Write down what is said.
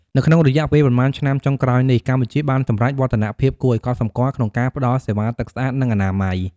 នៅក្នុងរយៈពេលប៉ុន្មានឆ្នាំចុងក្រោយនេះ កម្ពុជាបានសម្រេចវឌ្ឍនភាពគួរឱ្យកត់សម្គាល់ក្នុងការផ្តល់សេវាទឹកស្អាត និងអនាម័យ។